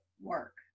work